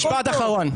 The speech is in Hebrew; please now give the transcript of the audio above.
משפט אחרון.